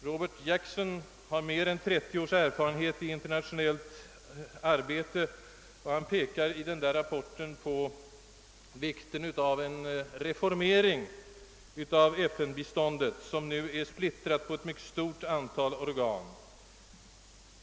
Robert Jackson har mer än 30 års erfarenhet av internationellt arbete; han pekar i rapporten på vikten av en djupgående organisatorisk reformering av FN-biståndet, som nu är splittrat på ett stort antal organ.